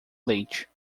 leite